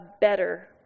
better